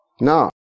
Now